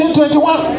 2021